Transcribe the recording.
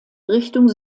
richtung